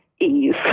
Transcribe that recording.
ease